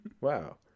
Wow